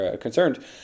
concerned